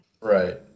Right